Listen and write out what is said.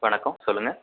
வணக்கம் சொல்லுங்க